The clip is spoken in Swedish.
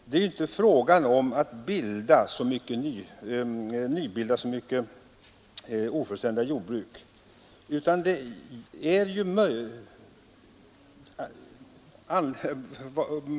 Det är ju inte fråga om att nybilda så många ofullständiga jordbruk.